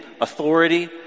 authority